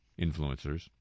influencers